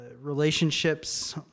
relationships